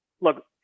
look